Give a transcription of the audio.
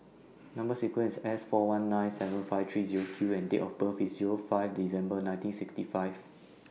Number sequence IS S four one nine seven five three Zero Q and Date of birth IS Zero five December nineteen sixty five